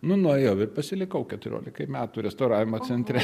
nu nuėjau ir pasilikau keturiolikai metų restauravimo centre